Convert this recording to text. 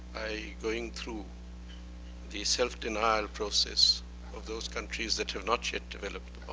going through the self-denial process of those countries that have not yet developed